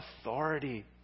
authority